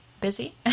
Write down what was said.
busy